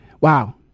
wow